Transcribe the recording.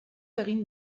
egin